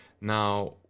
Now